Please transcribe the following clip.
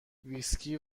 ویسکی